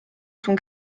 son